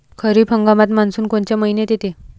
खरीप हंगामात मान्सून कोनच्या मइन्यात येते?